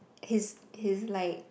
he's he's like